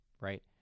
right